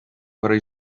where